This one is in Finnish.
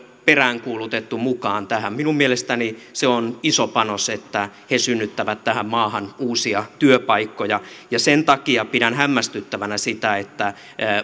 peräänkuulutettu mukaan tähän minun mielestäni se on iso panos että he synnyttävät tähän maahan uusia työpaikkoja ja sen takia pidän hämmästyttävänä sitä että